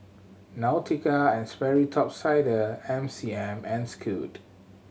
Nautica and Sperry Top Sider M C M and Scoot